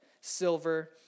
silver